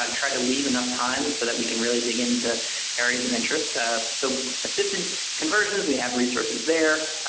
um tried to leave enough time and so that we can really dig in to areas of interest. ah so assisted conversions we have resources there.